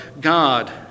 God